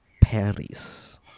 Paris